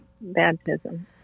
baptism